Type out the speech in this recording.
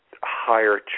higher